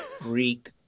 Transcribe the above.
Greek